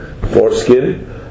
foreskin